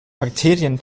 bakterien